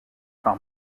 par